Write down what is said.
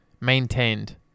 maintained